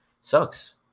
sucks